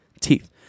teeth